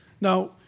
Now